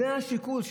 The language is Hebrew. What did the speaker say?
זה השיקול.